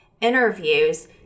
interviews –